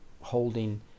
holding